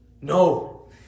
No